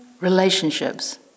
Relationships